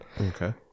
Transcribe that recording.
Okay